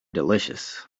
delicious